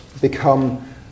become